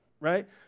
right